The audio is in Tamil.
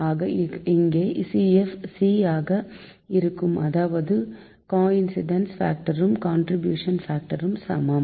ஆக இங்கே CF c ஆக இருக்கும் அதாவது கோய்ன்ஸிடன்ஸ் பாக்டரும் கான்ட்ரிபியூஷன் பாக்டரும் சமம்